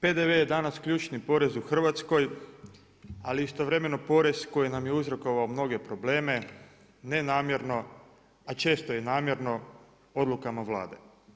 PDV je danas ključni porez u Hrvatskoj, ali istovremeno porez koji nam je uzrokovao mnoge probleme, ne namjerno, a često i namjerno odlukama Vlade.